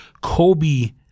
Kobe